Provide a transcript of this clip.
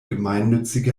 gemeinnützige